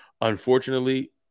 unfortunately